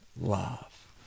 love